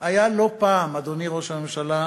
היה לא פעם, אדוני ראש הממשלה,